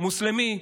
מוסלמי,